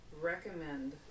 recommend